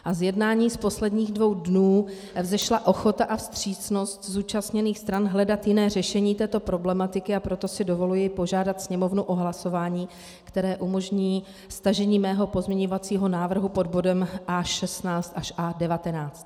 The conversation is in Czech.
Z jednání z posledních dvou dnů vzešla ochota a vstřícnost zúčastněných stran hledat jiné řešení této problematiky, a proto si dovoluji požádat Sněmovnu o hlasování, které umožní stažení mého pozměňovacího návrhu pod bodem A16 až A19.